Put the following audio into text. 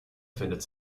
findet